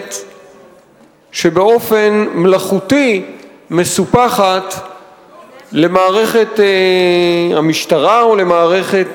מערכת שבאופן מלאכותי מסופחת למערכת המשטרה או למערכת